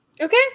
Okay